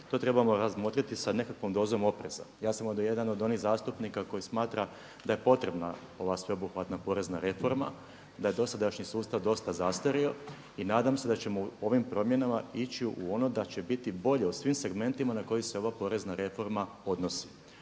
To trebamo razmotriti sa nekakvom dozom opreza. Ja sam onda jedan od onih zastupnika koji smatra da je potrebna ova sveobuhvatna porezna reforma, da je dosadašnji sustav dosta zastario i nadam se da ćemo u ovim promjenama ići u ono da će biti bolje u svim segmentima na koje se ova porezna reforma odnosi.